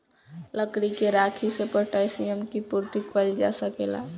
लकड़ी के राखी से पोटैशियम के पूर्ति कइल जा सकेला